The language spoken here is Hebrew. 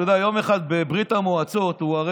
אתה יודע,